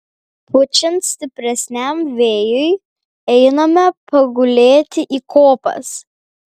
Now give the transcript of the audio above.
pučiant stipresniam vėjui einame pagulėti į kopas